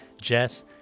Jess